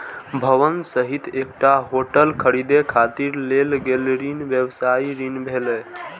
भवन सहित एकटा होटल खरीदै खातिर लेल गेल ऋण व्यवसायी ऋण भेलै